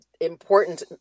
important